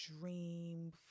dream